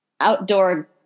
outdoor